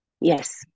yes